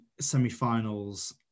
semi-finals